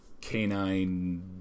canine